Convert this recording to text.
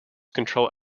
control